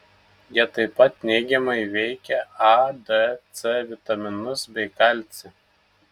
jie tai pat neigiamai veikia a d c vitaminus bei kalcį